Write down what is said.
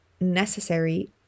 necessary